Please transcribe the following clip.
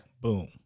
Boom